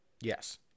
Yes